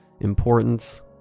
importance